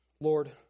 Lord